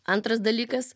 antras dalykas